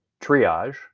triage